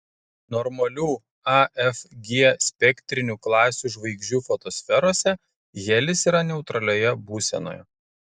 normalių a f g spektrinių klasių žvaigždžių fotosferose helis yra neutralioje būsenoje